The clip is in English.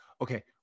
Okay